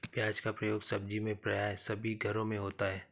प्याज का प्रयोग सब्जी में प्राय सभी घरों में होता है